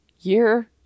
year